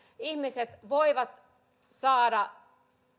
ihmiset voivat saada